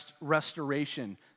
restoration